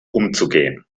umzugehen